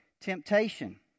temptation